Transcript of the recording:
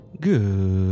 Good